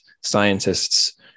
scientists